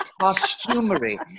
costumery